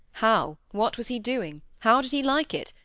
how? what was he doing? how did he like it?